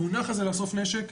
המונח הזה לאסוף נשק,